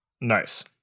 Nice